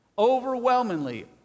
Overwhelmingly